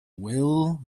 will